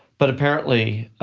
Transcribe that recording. but apparently,